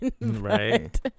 Right